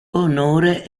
onore